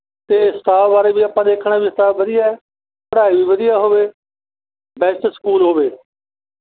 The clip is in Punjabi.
ਅਤੇ ਸਟਾਫ ਬਾਰੇ ਵੀ ਆਪਾਂ ਦੇਖਣਾ ਵੀ ਸਟਾਫ ਵਧੀਆ ਪੜ੍ਹਾਈ ਵੀ ਵਧੀਆ ਹੋਵੇ ਬੈਸਟ ਸਕੂਲ ਹੋਵੇ